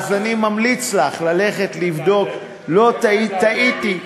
אז אני ממליץ לך ללכת לבדוק, לא טעיתי.